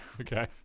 Okay